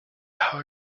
how